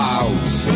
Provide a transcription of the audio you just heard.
out